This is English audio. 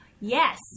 Yes